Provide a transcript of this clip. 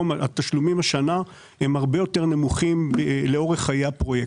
התשלומים השנה הם הרבה יותר נמוכים לאורך חיי הפרויקט.